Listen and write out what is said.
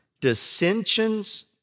dissensions